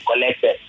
collected